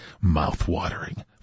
Mouth-watering